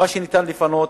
מה שניתן לפנות,